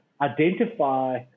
identify